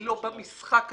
היא לא במשחק הזה.